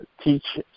teach